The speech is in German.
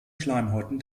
schleimhäuten